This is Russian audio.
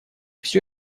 всё